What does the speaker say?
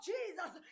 Jesus